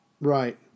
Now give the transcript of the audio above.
Right